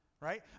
right